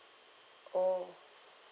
oh